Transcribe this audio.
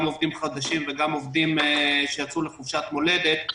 גם עובדים חדשים וגם עובדים שיצאו לחופשת מולדת.